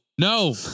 No